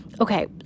Okay